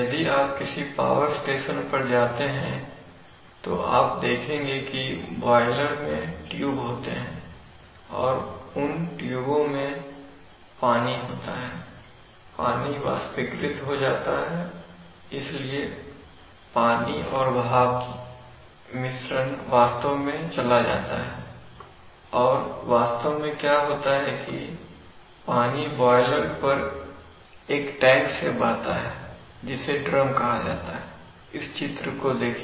यदि आप किसी पावर स्टेशन पर जाते हैं तो आप देखेंगे कि बॉयलर में ट्यूब होते हैं और उन ट्यूबों में पानी होता है पानी वाष्पीकृत हो जाता है इसलिए पानी और भाप मिश्रण वास्तव में चला जाता है और वास्तव में क्या होता है कि पानी बॉयलर पर एक टैंक से बहता है जिसे ड्रम कहा जाता है इस चित्र को देखिए